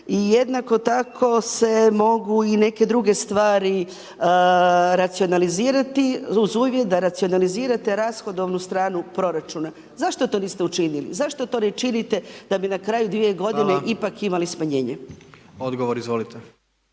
jednako tako se mogu i neke druge stvari racionalizirati uz uvjet da racionalizirate rashodovnu stranu proračuna. Zašto to niste učinili, zašto to ne činite da bi na kraju dvije godine, ipak imali smanjenje? **Jandroković,